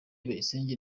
bayisenge